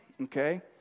okay